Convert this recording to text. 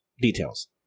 details